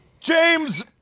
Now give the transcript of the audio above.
James